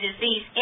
disease